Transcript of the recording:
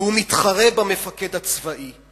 והוא מתחרה במפקד הצבאי.